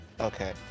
Okay